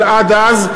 אבל עד אז,